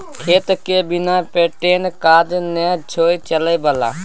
खेतके बिना पटेने काज नै छौ चलय बला